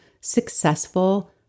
successful